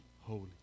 holy